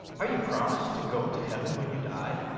are you promised to go to heaven when you die?